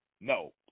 no